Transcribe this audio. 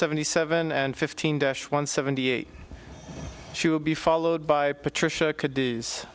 seventy seven and fifteen dash one seventy eight she will be followed by patricia could